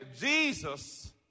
Jesus